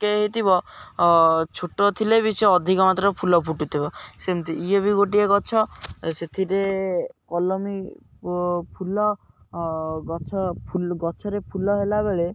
okay ହେଇଥିବ ଛୋଟ ଥିଲେ ବି ସେ ଅଧିକ ମାତ୍ର ଫୁଲ ଫୁଟୁଥିବ ସେମିତି ଇଏ ବି ଗୋଟିଏ ଗଛ ସେଥିରେ କଲମୀ ଫୁଲ ଗଛ ଗଛରେ ଫୁଲ ହେଲାବେଳେ